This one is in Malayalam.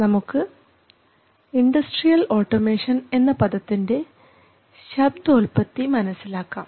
നമുക്ക് ഇൻഡസ്ട്രിയൽ ഓട്ടോമേഷൻ എന്ന പദത്തിൻറെ ശബ്ദോല്പത്തി മനസ്സിലാക്കാം